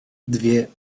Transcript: dwie